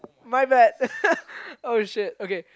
my bad oh shit okay